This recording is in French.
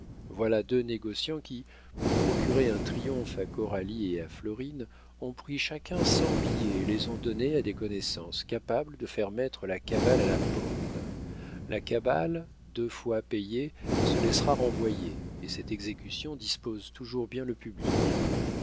voilà trois négociants qui pour procurer un triomphe à coralie et à florine ont pris chacun cent billets et les ont donnés à des connaissances capables de faire mettre la cabale à la porte la cabale deux fois payée se laissera renvoyer et cette exécution dispose toujours bien le public